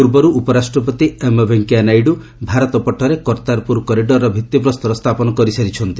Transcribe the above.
ପୂର୍ବରୁ ଉପରାଷ୍ଟ୍ରପତି ଏମ୍ ଭେଙ୍କୟାନାଇଡୁ ଭାରତ ପଟରେ କର୍ତ୍ତାରପୁର କରିଡରର ଭିତ୍ତିପ୍ରସ୍ତର ସ୍ଥାପନ କରିସାରିଛନ୍ତି